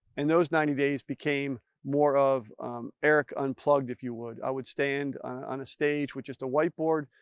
and those ninety days became more of eric unplugged, if you would, i would stand on a stage with just a whiteboard.